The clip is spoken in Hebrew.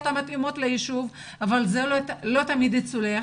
המתאימות ליישוב אבל זה לא תמיד מצליח.